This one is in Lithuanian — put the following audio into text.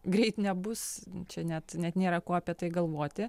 greit nebus čia net net nėra ko apie tai galvoti